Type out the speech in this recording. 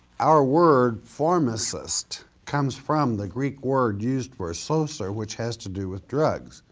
our word pharmacist comes from the greek word used for a saucer which has to do with drugs.